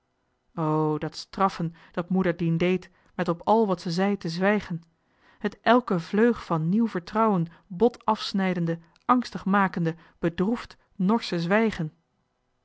dat straffen dat moeder dien deed met te zwijgen het elke vleug van nieuw vertrouwen bot afsnijdende angstig makende bedroefd norsche zwijgen